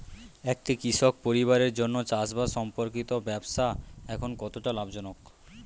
একটি কৃষক পরিবারের জন্য চাষবাষ সম্পর্কিত ব্যবসা এখন কতটা লাভজনক?